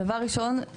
דבר ראשון,